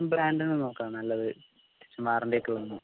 brand തന്നെ നോക്കാം നല്ലത് കുറച്ച് വാറന്റി ഒക്കെ വേണം